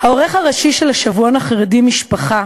"העורך הראשי של השבועון החרדי 'משפחה',